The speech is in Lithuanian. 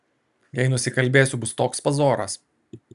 jei nusikalbėsiu bus toks pazoras